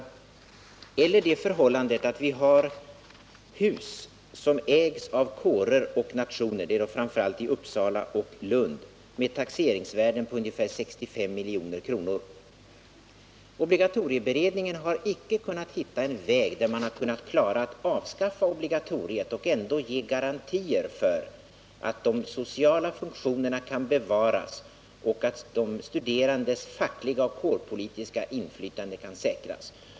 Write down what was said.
Därtill kommer det förhållandet att det finns hus som ägs av kårer och nationer — framför allt i Uppsala och Lund — med taxeringsvärden på ungefär 65 milj.kr. Obligatorieberedningen har icke kunnat hitta en väg att avskaffa obligatoriet och ändå ge garantier för att de sociala funktionerna kan bevaras och att de studerandes fackliga och kårpolitiska inflytande kan säkras.